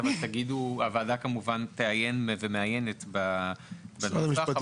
הוועדה תעיין ומעיינת בנספח,